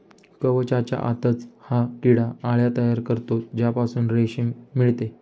कवचाच्या आतच हा किडा अळ्या तयार करतो ज्यापासून रेशीम मिळते